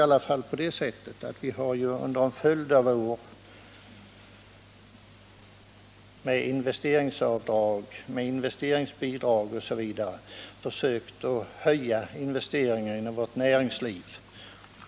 Genom införande av investeringsavdrag osv. har vi under en följd av år försökt höja investeringsviljan i vårt näringsliv.